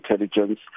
intelligence